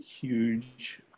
huge